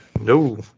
No